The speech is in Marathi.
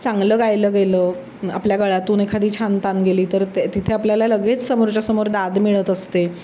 चांगलं गायलं गेलं आपल्या गळ्यातून एखादी छान तान गेली तर ते तिथे आपल्याला लगेच समोरच्या समोर दाद मिळत असते